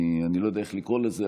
אני לא יודע איך לקרוא לזה,